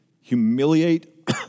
humiliate